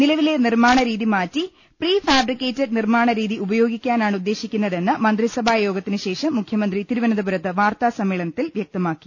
നിലവിലെ നിർമ്മാണ രീതി മാറ്റി പ്രീ ഫാബ്രിക്കേറ്റഡ് നിർമ്മാണ രീതി ഉപയോഗിക്കാനാണ് ഉദ്ദേശിക്കുന്നതെന്ന് മന്ത്രി സഭാ യോഗത്തിന് ശേഷം മുഖ്യമന്ത്രി തിരുവനന്തപുരത്ത് വാർത്താ സമ്മേളനത്തിൽ വ്യക്തമാക്കി